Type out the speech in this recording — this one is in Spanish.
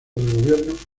del